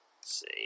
See